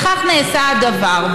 וכך נעשה הדבר,